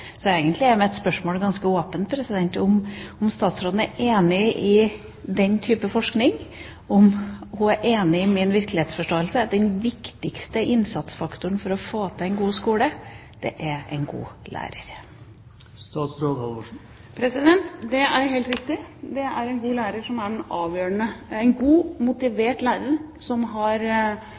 Så egentlig er mitt spørsmål ganske åpent – om statsråden er enig i den type forskning, om hun er enig i min virkelighetsforståelse, at den viktigste innsatsfaktoren for å få til en god skole er en god lærer. Det er helt riktig. Det er en god lærer som er det avgjørende – en god, motivert lærer som har